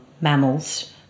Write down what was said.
mammals